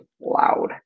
loud